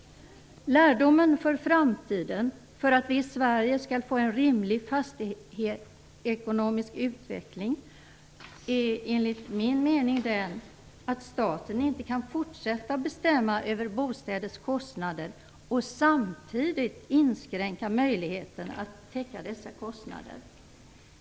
Lärdomen för framtiden för att vi i Sverige skall få en rimlig fastighetsekonomisk utveckling är, enligt min mening, att staten inte kan fortsätta att bestämma över bostäders kostnader och samtidigt inskränka möjligheterna att täcka dessa kostnader!